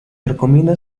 recomienda